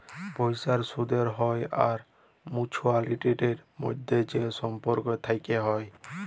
পয়সার সুদের হ্য়র আর মাছুয়ারিটির মধ্যে যে সম্পর্ক থেক্যে হ্যয়